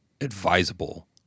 advisable